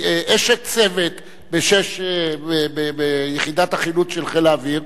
אשת צוות ביחידת החילוץ של חיל האוויר,